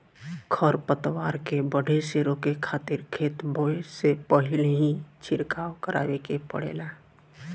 खर पतवार के बढ़े से रोके खातिर खेत बोए से पहिल ही छिड़काव करावे के पड़ेला